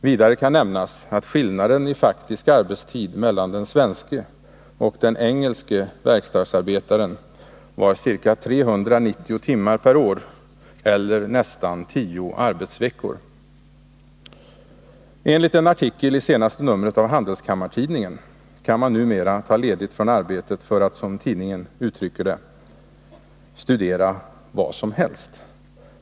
Vidare kan nämnas att skillnaden i faktisk arbetstid mellan den svenske och den engelske verkstadsarbetaren var ca 390 timmar per år eller nästan 10 arbetsveckor. Enligt en artikel i senaste numret av Handelskammartidningen kan man numera ta ledigt från arbetet för att, som tidningen uttrycker det, ”studera vad som helst”.